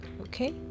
okay